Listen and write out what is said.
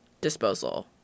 disposal